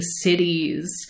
cities